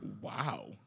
Wow